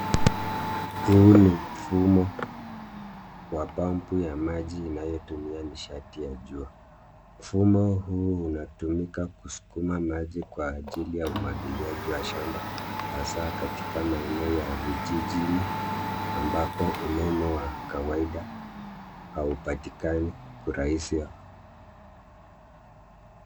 Huu ni mfumo wa pump ya maji inayotumia nishati ya jua. Mfumo huu unatumika kusukuma maji kwa ajili ya umwagiliaji wa shamba hasa katika maeneo ya vijijini ambako umeme wa kawaida hautapatikani kwa urahisi.